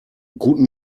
guten